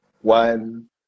one